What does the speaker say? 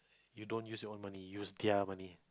you don't use your own money use their money